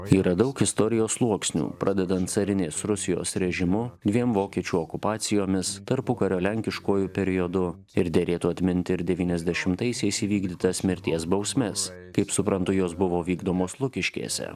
yra daug istorijos sluoksnių pradedant carinės rusijos režimu dviem vokiečių okupacijomis tarpukario lenkiškuoju periodu ir derėtų atminti ir devyniasdešimtaisiais įvykdytas mirties bausmes kaip suprantu jos buvo vykdomos lukiškėse